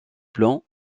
plan